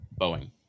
Boeing